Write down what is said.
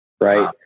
right